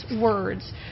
words